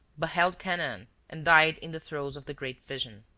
beheld canaan and died in the throes of the great vision.